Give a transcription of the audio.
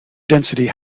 density